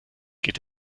geht